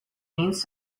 means